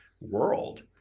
world